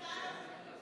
הצבעה לא חוקית.